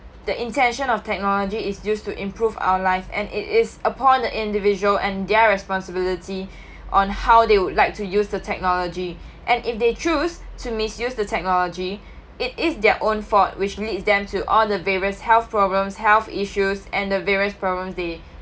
the intention of technology is used to improve our life and it is upon the individual and their responsibility on how they would like to use the technology and if they choose to misuse the technology it is their own fault which leads them to all the various health problems health issues and the various problems they